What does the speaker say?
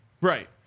Right